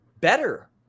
better